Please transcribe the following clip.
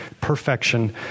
Perfection